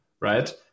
right